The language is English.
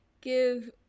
give